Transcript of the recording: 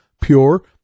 pure